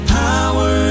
power